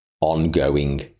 Ongoing